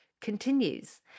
continues